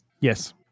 Yes